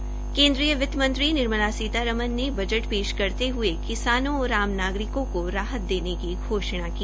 केन्द्रीय वित्त मंत्री निर्मला सीतारमन ने बजट पेश करते हुए किसानों और आम नागरिकों को राहत देने की घोषणा की